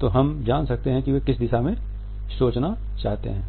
तो हम जन सकते हैं कि वे किस दिशा में सोचना चाहते हैं